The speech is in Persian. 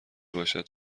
باشد